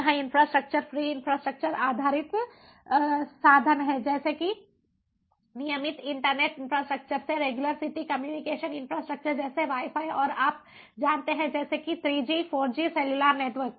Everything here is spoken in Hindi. यह इन्फ्रास्ट्रक्चर फ्री इंफ्रास्ट्रक्चर आधारित साधन है जैसे कि नियमित इंटरनेट इंफ्रास्ट्रक्चर से रेगुलर सिटी कम्युनिकेशन इंफ्रास्ट्रक्चर जैसे वाई फाई और आप जानते हैं जैसे 3 जी 4 जी सेलुलर नेटवर्क